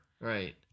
Right